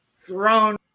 thrown